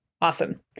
awesome